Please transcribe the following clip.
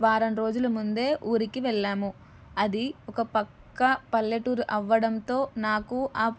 వారం రోజుల ముందే ఊరికి వెళ్ళాము అది ఒక పక్కా పల్లెటూరు అవ్వడంతో నాకు ఆ